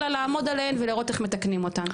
אלא לעמוד עליהן ולראות איך מתקנים אותן.